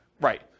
Right